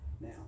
Now